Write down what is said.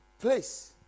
place